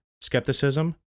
skepticism